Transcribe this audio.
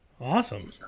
awesome